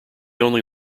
only